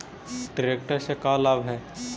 Tractor से का लाभ है?